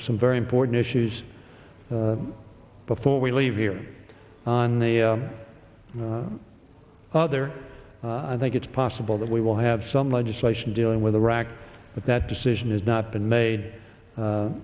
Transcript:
some very important issues before we leave here on the other i think it's possible that we will have some legislation dealing with iraq but that decision has not been made